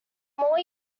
more